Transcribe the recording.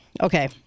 Okay